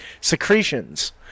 secretions